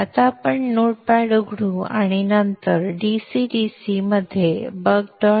आता आपण notepad उघडू आणि नंतर DCDC मध्ये buck